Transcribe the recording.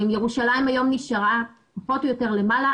אם ירושלים היום נשארה פחות או יותר למעלה,